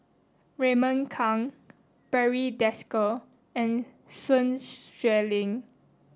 Raymond Kang Barry Desker and Sun Xueling